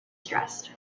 stressed